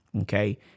Okay